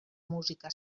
música